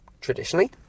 traditionally